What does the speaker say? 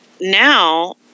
now